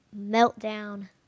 meltdown